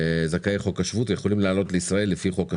חוק השבות ויכולים לעלות לישראל לפי חוק השבות.